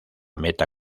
meta